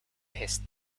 east